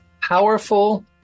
powerful